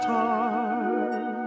time